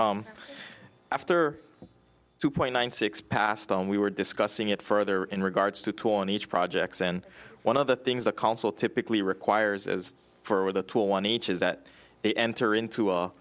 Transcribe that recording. chair after two point nine six passed on we were discussing it further in regards to torn each projects and one of the things the council typically requires as for the two a one each is that they enter into a